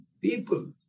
People